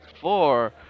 four